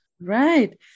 right